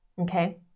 okay